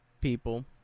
people